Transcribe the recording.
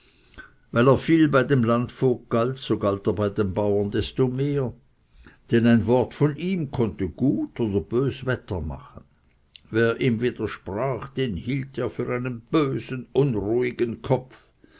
weil er viel bei dem landvogt galt so galt er bei den bauern desto mehr denn ein wort von ihm konnte gut oder bös wetter machen wer ihm widersprach den hielt er für einen bösen unruhigen kopf